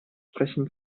sprechen